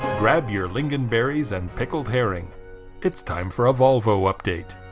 grab your lingonberries and pickled herring it's time for a volvo update